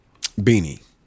Beanie